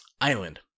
island